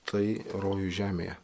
tai rojus žemėje